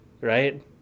right